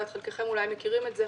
חלקכם אולי מכירים את זה.